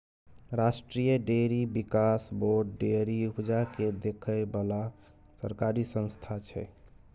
राष्ट्रीय डेयरी बिकास board dairy उपजा केँ देखै बला सरकारी संस्था छै